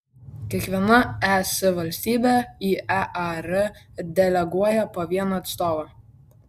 kiekviena es valstybė į ear deleguoja po vieną atstovą